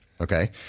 Okay